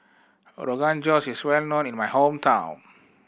Rogan Josh is well known in my hometown